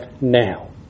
now